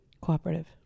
Cooperative